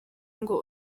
ngo